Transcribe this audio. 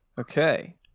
Okay